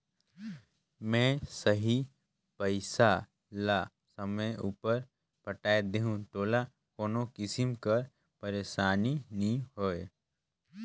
में सही पइसा ल समे उपर पटाए देहूं तोला कोनो किसिम कर पइरसानी नी होए